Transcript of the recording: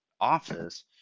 office